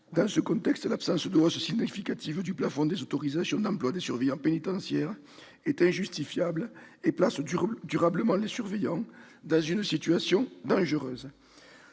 Dans ce contexte, l'absence de hausse significative du plafond des autorisations d'emplois des surveillants pénitentiaires est injustifiable et place durablement les surveillants dans une situation dangereuse.